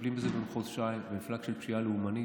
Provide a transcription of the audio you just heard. מטפלים בזה במחוז ש"י, במפלג של פשיעה לאומנית.